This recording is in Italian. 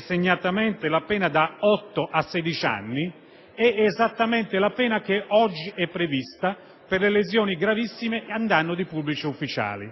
segnatamente la pena da otto a sedici anni, è esattamente la pena oggi prevista per le lesioni gravissime in danno di pubblici ufficiali